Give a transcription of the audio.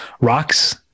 rocks